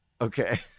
Okay